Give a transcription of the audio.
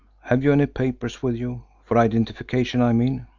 have you any papers with you for identification, i mean?